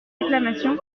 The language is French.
acclamation